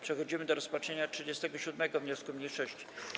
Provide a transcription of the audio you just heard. Przechodzimy do rozpatrzenia 37. wniosku mniejszości.